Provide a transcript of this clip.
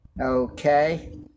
Okay